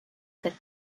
sept